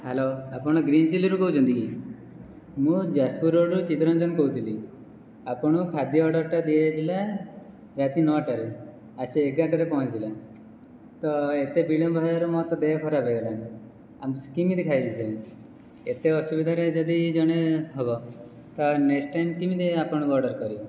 hello ଆପଣ green ଚିଲ୍ଲିରୁ କହୁଛନ୍ତି କି ମୁଁ ଯାଜପୁର ରୋଡ଼ରୁ ଚିତ୍ତରଞ୍ଜନ କହୁଥିଲି ଆପଣ ଖାଦ୍ୟ ଅର୍ଡ଼ରଟା ଦିଆଯାଇଥିଲା ରାତି ନଅଟାରେ ଆସି ଏଗାରଟାରେ ପହଞ୍ଚିଲା ତ ଏତେ ବିଳମ୍ବ ହେବାରେ ମୋର ତ ଦେହ ଖରାପ ହେଇଗଲାଣି ମୁଁ ସେ କେମିତି ଖାଇବି ଏତେ ଅସୁବିଧାରେ ଯଦି ଜଣେ ହେବ ତ ନେକ୍ସଟ୍ ଟାଇମ୍ କେମିତି ଆପଣଙ୍କୁ ଅର୍ଡ଼ର କରିବୁ